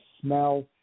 smell